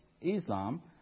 Islam